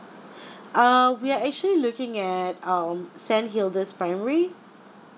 uh we are actually looking at um saint hilda's primary